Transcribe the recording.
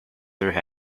through